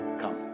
come